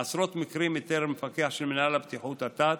בעשרות מקרים איתר מפקח של מינהל הבטיחות אתת